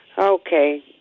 okay